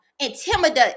intimidate